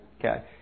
Okay